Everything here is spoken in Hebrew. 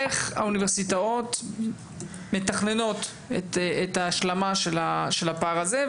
איך האוניברסיטאות מתכננות את ההשלמה של הפער הזה?